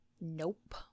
Nope